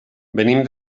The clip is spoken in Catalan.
venim